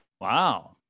Wow